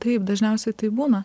taip dažniausiai taip būna